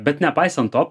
bet nepaisant to